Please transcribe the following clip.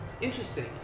Interesting